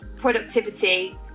productivity